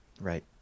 Right